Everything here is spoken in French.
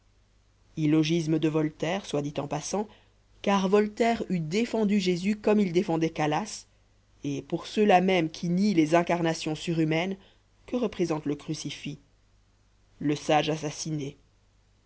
illogisme de voltaire soit dit en passant car voltaire eût défendu jésus comme il défendait calas et pour ceux-là mêmes qui nient les incarnations surhumaines que représente le crucifix le sage assassiné